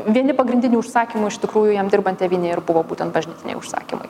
vieni pagrindinių užsakymų iš tikrųjų jam dirbant tėvynėje ir buvo būtent bažnytiniai užsakymai